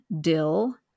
dill